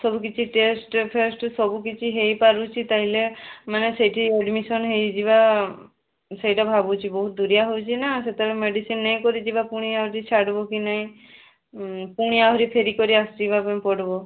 ସବୁକିଛି ଟେଷ୍ଟ ଫେଷ୍ଟ ସବୁକିଛି ହୋଇପାରୁଛି ତାହେଲେ ମାନେ ସେଠି ଆଡ଼ମିସନ୍ ହେଇଯିବା ସେଇଟା ଭାବୁଛି ବହୁତ ଦୁରିଆ ହୋଉଛି ନା ସେତେବେଳେ ମେଡ଼ିସିନ୍ ନେଇକରି ଯିବା ଫୁଣି ଆହୁରି ଛାଡିବ କି ନାହିଁ ପୁଣି ଆହୁରି ଫେରି କରି ଆସିବା ପାଇଁ ପଡ଼ିବ